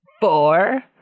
Four